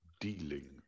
dealing